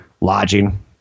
lodging